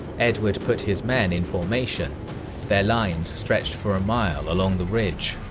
edward put his men in formation their lines stretched for a mile along the ridge.